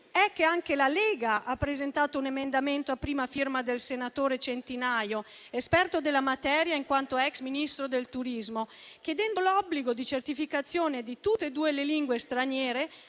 è che anche la Lega ha presentato un emendamento a prima firma del senatore Centinaio, esperto della materia in quanto ex ministro del turismo, chiedendo l'obbligo di certificazione di tutte e due le lingue straniere